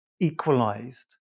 Equalized